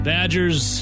Badgers